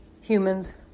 humans